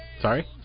sorry